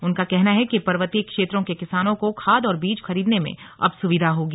उनका कहना है कि पर्वतीय क्षेत्रों के किसानों को खाद और बीज खरीदने में अब सुविधा होगी